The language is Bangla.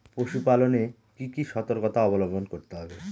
পশুপালন এ কি কি সর্তকতা অবলম্বন করতে হবে?